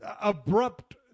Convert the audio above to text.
abrupt